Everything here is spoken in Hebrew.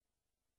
תודה רבה, אדוני